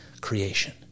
creation